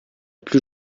plus